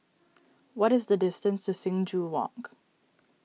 what is the distance to Sing Joo Walk